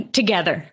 together